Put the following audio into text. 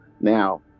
Now